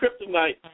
kryptonite